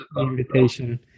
invitation